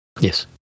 yes